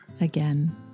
again